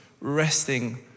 resting